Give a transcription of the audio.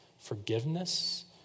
forgiveness